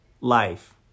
life